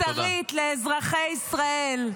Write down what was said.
חובה מוסרית לאזרחי ישראל.